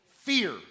fear